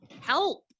help